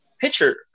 pitcher